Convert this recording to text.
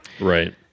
right